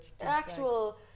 actual